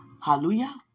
Hallelujah